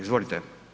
Izvolite.